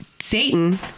Satan